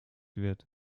wird